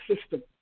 system